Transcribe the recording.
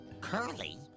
Curly